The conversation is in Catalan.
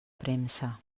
premsa